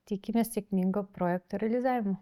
tikimės sėkmingo projekto realizavimo